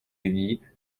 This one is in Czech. lidi